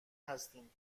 هستین